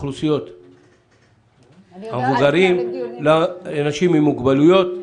לאוכלוסיות המבוגרים, לאנשים עם מוגבלויות.